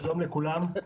שלום לכולם.